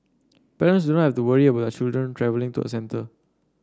parents do not have to worry about children travelling to a centre